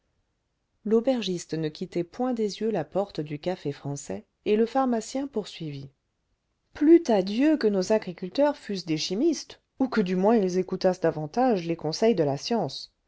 l'aubergiste ne quittait point des yeux la porte du café français et le pharmacien poursuivit plût à dieu que nos agriculteurs fussent des chimistes ou que du moins ils écoutassent davantage les conseils de la science